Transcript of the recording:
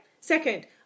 Second